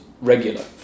regular